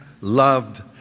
Loved